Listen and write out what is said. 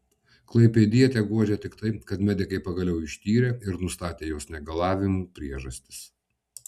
klaipėdietę guodžia tik tai kad medikai pagaliau ištyrė ir nustatė jos negalavimų priežastis